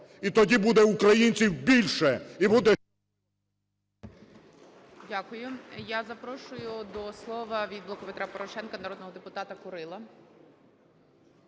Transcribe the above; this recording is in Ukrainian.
І тоді буде українців більше